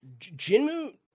Jinmu